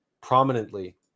prominently